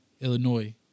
Illinois